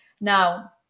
Now